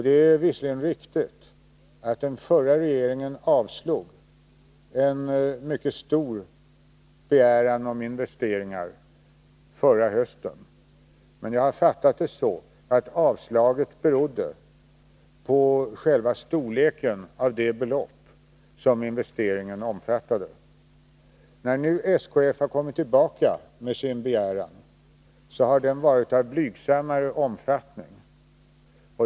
Det är visserligen riktigt att den förra regeringen avslog en begäran om mycket stora investeringar förra hösten, men jag har fattat det så att avslaget berodde på storleken av det belopp som investeringarna omfattade. När nu SKF har kommit tillbaka med sin begäran, har den varit av blygsammare omfattning.